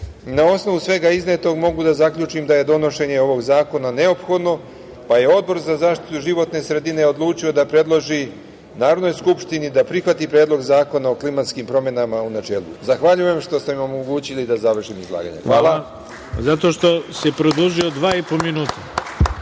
osnovu svega iznetog, mogu da zaključim da je donošenje ovog zakona neophodno, pa je Odbor za zaštitu životne sredine odlučio da predloži Narodnoj skupštini da prihvati Predlog zakona o klimatskim promenama u načelu. Zahvaljujem što ste mi omogućili da završim izlaganje. Hvala.